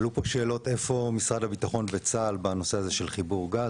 עלו פה שאלות איפה משרד הביטחון וצה"ל בנושא הזה של חיבור גז?